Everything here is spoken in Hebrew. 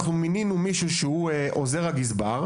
מישהו שהוא עוזר הגזבר,